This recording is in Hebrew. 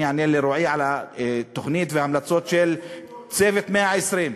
אני אענה לרועי על התוכנית וההמלצות של "צוות 120 הימים".